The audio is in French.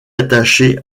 attaché